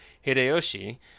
Hideyoshi